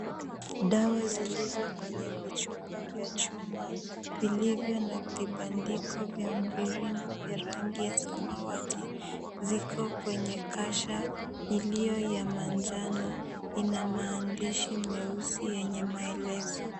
Dawa zilizo kwenye vichupa vya chuma, vilivyo na vibandiko vya mviringo vya rangi ya samawati ziko kwenye kasha iliyo ya manjano ina maandishi meusi yenye maelezo.